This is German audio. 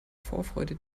vorfreude